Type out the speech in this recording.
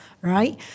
right